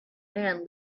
man